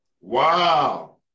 Wow